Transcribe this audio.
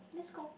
let's go